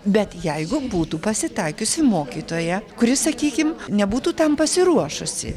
bet jeigu būtų pasitaikiusi mokytoja kuri sakykim nebūtų tam pasiruošusi